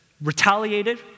retaliated